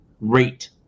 rate